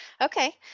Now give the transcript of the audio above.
Okay